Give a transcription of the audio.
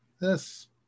Yes